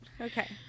Okay